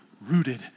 rooted